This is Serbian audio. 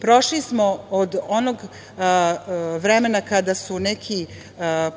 prošli. Prošli smo od onog vremena kada su neki